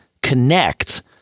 connect